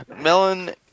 Melon